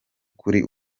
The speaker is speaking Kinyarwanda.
kuri